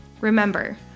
Remember